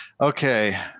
Okay